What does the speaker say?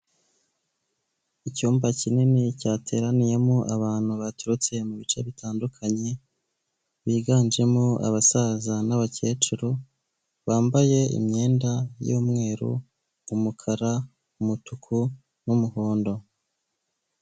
Icyumba kinini cyateraniyemo abantu baturutse mu bice bitandukanye, biganjemo abasaza n'abakecuru, bambaye imyenda y'umweru, umukara, umutuku, n'umuhondo.